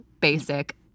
basic